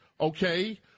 okay